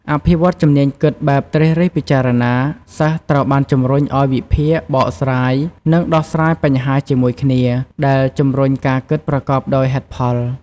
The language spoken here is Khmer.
អភិវឌ្ឍជំនាញគិតបែបត្រិះរិះពិចារណា សិស្សត្រូវបានជំរុញឲ្យវិភាគ បកស្រាយ និងដោះស្រាយបញ្ហាជាមួយគ្នា ដែលជំរុញការគិតប្រកបដោយហេតុផល។